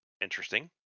interesting